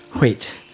Wait